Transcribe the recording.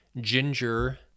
ginger